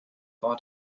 war